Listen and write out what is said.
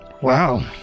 Wow